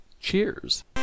Cheers